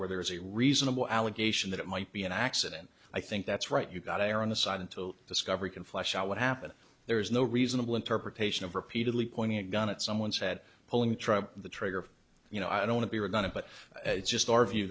where there is a reasonable allegation that it might be an accident i think that's right you got to err on the side until discovery can flush out what happened there's no reasonable interpretation of repeatedly pointing a gun at someone said pulling tribe the trigger you know i don't know we were going to but it's just our view